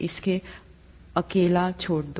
इनको अकेला छोड़ दो